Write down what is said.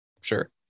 Sure